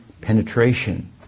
penetration